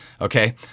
okay